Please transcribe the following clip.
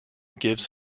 gives